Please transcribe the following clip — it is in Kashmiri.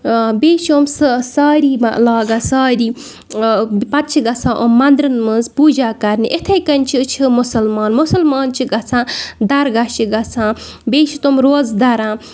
بیٚیہِ چھِ یِم سۄ ساری لاگان ساری پَتہٕ چھِ گژھان یِم مَندرَن منٛز پوٗجا کَرنہِ اِتھَے کںۍ چھِ أسۍ چھِ مُسلمان مُسلمان چھِ گژھان درگاہ چھِ گژھان بیٚیہِ چھِ تِم روزٕ دَران